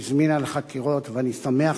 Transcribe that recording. והיא הזמינה לחקירות, ואני שמח